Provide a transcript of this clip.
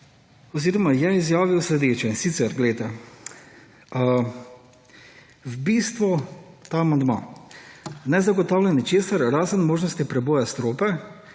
oziroma je izjavil sledeče. In sicer glejte, v bistvu ta amandma ne zagotavlja ničesar razen možnosti preboja strope,